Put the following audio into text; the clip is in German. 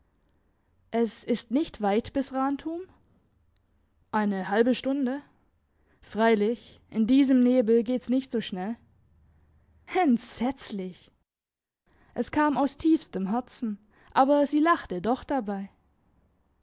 es ist nicht weit bis rantum eine halbe stunde freilich in diesem nebel geht's nicht so schnell entsetzlich es kam aus tiefstem herzen aber sie lachte doch dabei